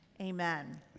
Amen